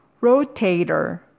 rotator